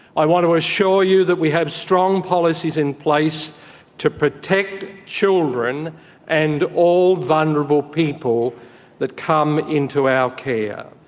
i want to assure you that we have strong policies in place to protect children and all vulnerable people that come into our care.